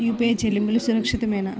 UPI చెల్లింపు సురక్షితమేనా?